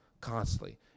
constantly